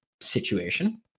situation